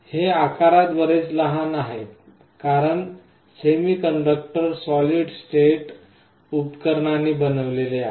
हे आकारात बरेच लहान आहेत कारण सेमीकंडक्टर सॉलिड स्टेट उपकरणांनी बनविलेले आहेत